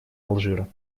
алжира